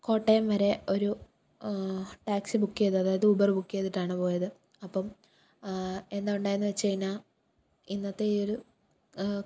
കോട്ടയം വരെ ഒരു ടാക്സി ബുക്കെയ്ത് അതായത് ഉബർ ബുക്കെയ്തിട്ടാണ് പോയത് അപ്പോള് എന്താണ് ഉണ്ടായെന്ന് വച്ചുകഴിഞ്ഞാല് ഇന്നത്തെ ഈയൊരു